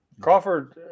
Crawford